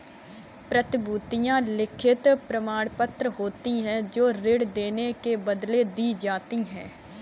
प्रतिभूतियां लिखित प्रमाणपत्र होती हैं जो ऋण लेने के बदले दी जाती है